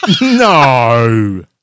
No